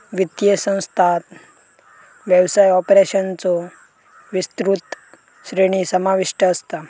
वित्तीय संस्थांत व्यवसाय ऑपरेशन्सचो विस्तृत श्रेणी समाविष्ट असता